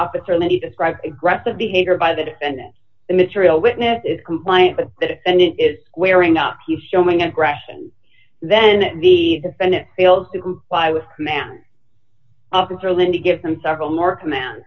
officer that he described aggressive behavior by the defendant the material witness is compliant with the defendant is wearing up he's showing aggression then the defendant fails to comply with man officer linda gives them several more command